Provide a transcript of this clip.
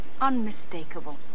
unmistakable